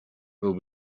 will